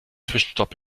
zwischenstopp